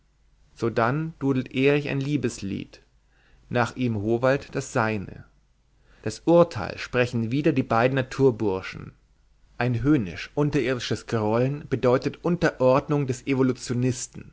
sodann dudelt erich ein liebeslied nach ihm howald das seine das urteil sprechen wieder die beiden naturburschen ein höhnisch unterirdisches grollen bedeutet unterordnug des